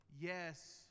Yes